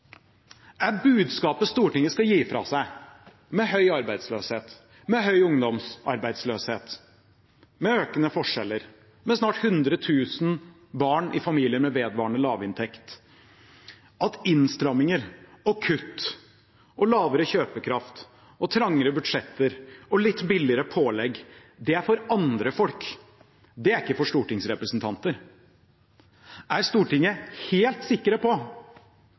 Er budskapet Stortinget skal gi fra seg – med høy arbeidsløshet, med høy ungdomsarbeidsløshet, med økende forskjeller, med snart 100 000 barn i familier med vedvarende lavinntekt – at innstramninger og kutt og lavere kjøpekraft og trangere budsjetter og litt billigere pålegg, det er for andre folk, det er ikke for stortingsrepresentanter? Er Stortinget helt sikre på